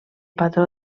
patró